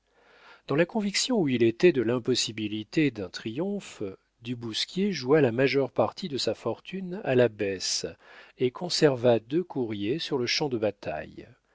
dans la conviction où il était de l'impossibilité d'un triomphe du bousquier joua la majeure partie de sa fortune à la baisse et conserva deux courriers sur le champ de bataille